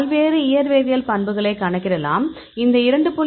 பல்வேறு இயற்வேதியியல் பண்புகளை கணக்கிடலாம் இந்த 2